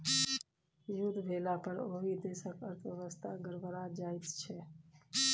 युद्ध भेलापर ओहि देशक अर्थव्यवस्था गड़बड़ा जाइत छै